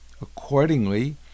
Accordingly